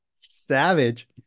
Savage